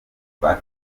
icyaha